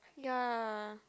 ya